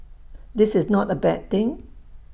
this is not A bad thing